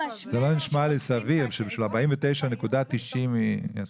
זה לא נשמע לי סביר שבשביל 49.90 יעשו את זה.